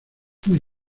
muy